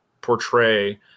portray